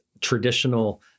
traditional